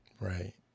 right